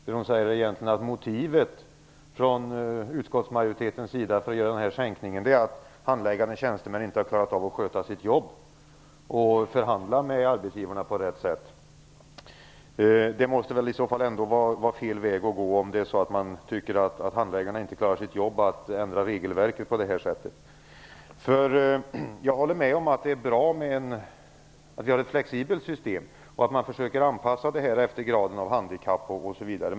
Vad hon egentligen säger är att utskottsmajoritetens motiv för sänkningen är att de handläggande tjänstemännen inte har skött sitt jobb och att de inte har förhandlat med arbetsgivarna på rätt sätt. Det måste väl vara fel väg att gå, om man tycker att handläggarna inte klarar sitt jobb, att ändra regelverket på det här sättet. Jag håller med om att det är bra att vi har ett flexibelt system och att man försöker anpassa det efter graden av handikapp osv.